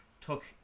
took